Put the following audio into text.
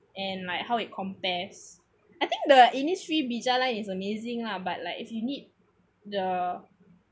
and like how it compares I think the Innisfree bija line is amazing lah but like if you need the